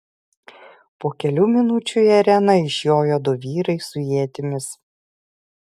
po kelių minučių į areną išjoja du vyrai su ietimis